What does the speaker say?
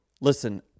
Listen